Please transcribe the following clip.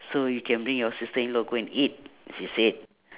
so you can bring your sister-in-law go and eat she said